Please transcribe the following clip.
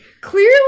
Clearly